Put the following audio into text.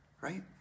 right